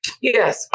Yes